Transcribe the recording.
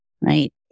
right